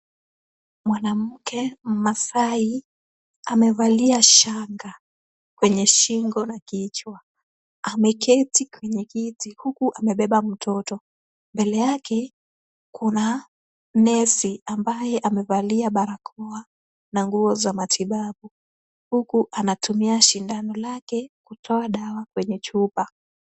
Mwanamke mmaasai, amevalia shanga kwenye shingo na kichwa. Ameketi kwenye kiti, huku amebeba mtoto. Mbele yake kuna nurse ambaye amevalia barakoa, na nguo za matibabu, huku anatumia sindano lake kutoa dawa kwenye chupa.